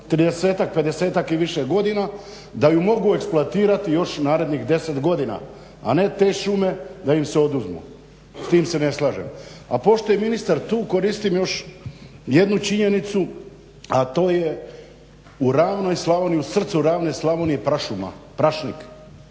30-ak, 50-ak i više godina da ju mogu eksploatirati još narednih 10 godina a ne te šume da im se oduzmu. S time se ne slažem. A pošto je ministar tu, koristim još jednu činjenicu a to je u ravnoj Slavoniji,